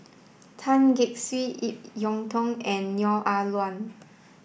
Tan Gek Suan Ip Yiu Tung and Neo Ah Luan